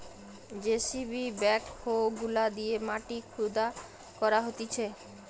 JCB backhoe গুলা দিয়ে মাটি খুদা করা হতিছে